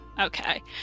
okay